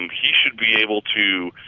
um he should be able to